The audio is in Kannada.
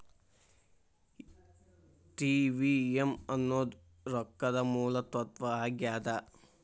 ಟಿ.ವಿ.ಎಂ ಅನ್ನೋದ್ ರೊಕ್ಕದ ಮೂಲ ತತ್ವ ಆಗ್ಯಾದ